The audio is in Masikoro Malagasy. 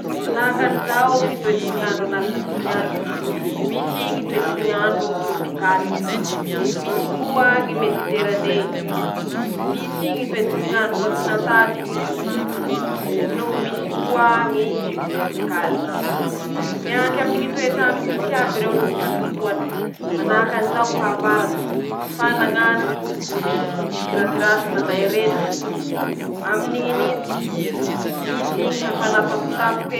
Manahakan'izao Ñy toetsy n'andro Arizantiny añe: Misy Ñy toetsy ny ñ'andro torôpikaly, misy koa ñy mediterané, misy Ñy toetsy n'andro kôntinantaly, noho misy koa ñy sipitorôpikaly, mianky aminy toets'andro misy iaby reo noho ñy vanimpotoa, manahakan'izao ñy fahavaratsy, mafana ñ'andro, misy ñy tsioky ratiraty manday arety, aminy ñy nintsy, misy ñy hafanà tampotampoky.